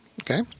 okay